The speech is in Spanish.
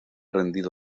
rendido